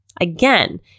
Again